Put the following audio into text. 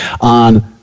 on